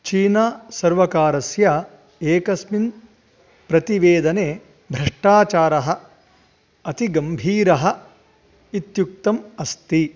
चीनासर्वकारस्य एकस्मिन् प्रतिवेदने भ्रष्टाचारः अतिगम्भीरः इत्युक्तम् अस्ति